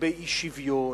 לגבי אי-שוויון,